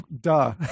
duh